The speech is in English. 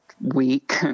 week